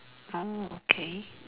mm okay